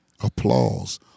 applause